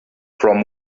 from